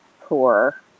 poor